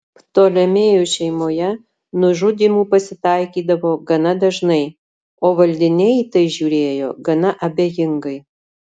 ptolemėjų šeimoje nužudymų pasitaikydavo gana dažnai o valdiniai į tai žiūrėjo gana abejingai